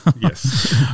yes